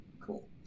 Cool